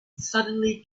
suddenly